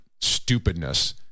stupidness